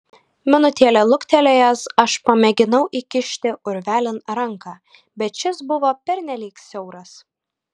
minutėlę luktelėjęs aš pamėginau įkišti urvelin ranką bet šis buvo pernelyg siauras